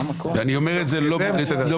אני אומר את זה לא כקלישאה.